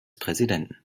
präsidenten